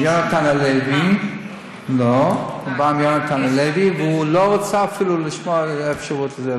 יונתן הלוי, והוא לא רצה אפילו לשמוע אפשרות כזאת.